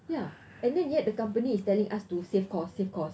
ya and then yet the company is telling us to save cost save cost